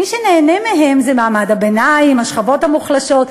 מי שנהנה מהם זה מעמד הביניים, השכבות המוחלשות.